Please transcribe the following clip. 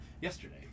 yesterday